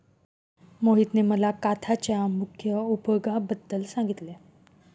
मोहितने मला काथ्याच्या मुख्य उपयोगांबद्दल सांगितले